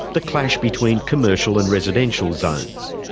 the clash between commercial and residential zones.